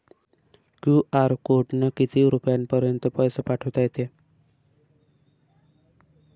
QR कोडनं किती रुपयापर्यंत पैसे पाठोता येते?